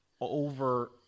over